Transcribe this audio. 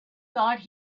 thought